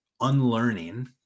unlearning